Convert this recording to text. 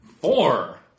Four